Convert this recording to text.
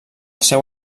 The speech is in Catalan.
seu